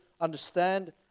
understand